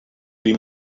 vint